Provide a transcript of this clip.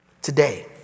Today